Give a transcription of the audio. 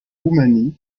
roumanie